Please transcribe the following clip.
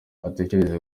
atekereze